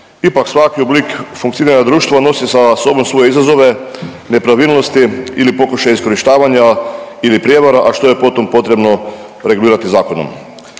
Ipak svaki oblik funkcioniranja društva nosi sa sobom svoje izazove, nepravilnosti ili pokušaje iskorištavanja ili prijevara, a što je potom potrebno regulirati zakonom.